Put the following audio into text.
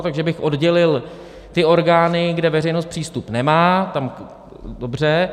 Takže bych oddělil ty orgány, kde veřejnost přístup nemá, dobře.